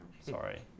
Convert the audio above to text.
Sorry